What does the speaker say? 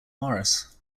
morris